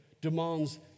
demands